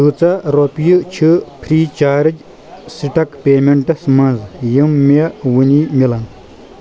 کۭژاہ رۄپیہِ چھِ فرٛی چارج سِٹَک پیمنٛٹَس منٛز یِم مےٚ وۄنۍ مِلَن ؟